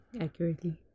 accurately